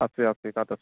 আছে আছে আছে